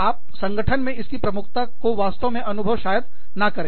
आप संगठन में इनकी प्रमुखता को वास्तव में अनुभव शायद ना करें